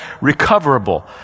recoverable